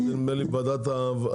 כי זה נדמה לי ועדת הרווחה.